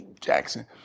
Jackson